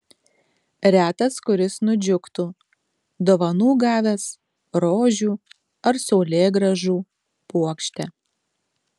retas kuris nudžiugtų dovanų gavęs rožių ar saulėgrąžų puokštę